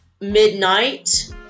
midnight